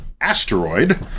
asteroid